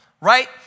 right